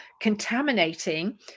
contaminating